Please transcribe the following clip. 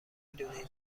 دونین